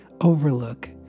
overlook